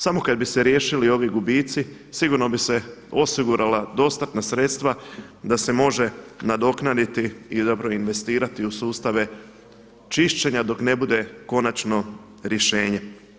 Samo kad bi se riješili ovi gubici sigurno bi se osigurala dostatna sredstva da se može nadoknaditi i zapravo investirati u sustave čišćenja dok ne bude konačno rješenje.